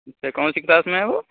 اچھا کون سی کلاس میں ہے وہ